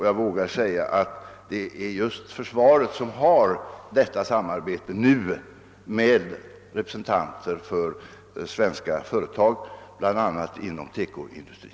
Jag vågar säga att just försva ret nu bedriver sådant samarbete med representanter för svenska företag, bl.a. inom TEKO-industrin.